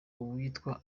witwa